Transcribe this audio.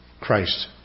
Christ